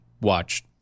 watch